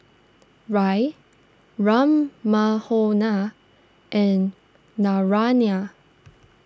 Raj Ram Manohar and Naraina